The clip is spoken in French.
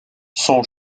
son